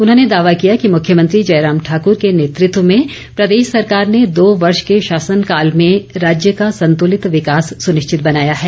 उन्होंने दावा किया कि मुख्यमंत्री जयराम ठाकुर के नेतृत्व में प्रदेश सरकार ने दो वर्ष के शासन काल में राज्य का संतुलित विकास सुनिश्चित बनाया है